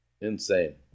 insane